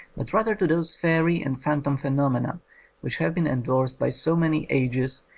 but rather to those fairy and phantom phenomena which have been endorsed by so many ages,